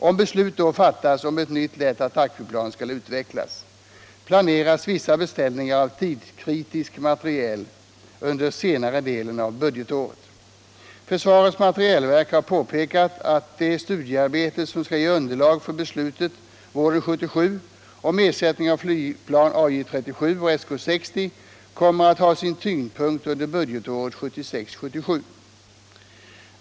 Om beslut då fattas om att ett nytt lätt attackflygplan skall utvecklas planeras vissa beställningar av tidskritisk materiel under senare delen av budgetåret. Försvarets materielverk har påpekat att det studiearbete som skall ge underlag för beslut våren 1977 om ersättning av flygplan AJ 37 och SK 60 kommer att ha sin tyngdpunkt under budgetåret 1976/77.